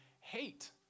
hate